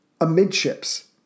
amidships